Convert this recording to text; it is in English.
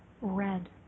red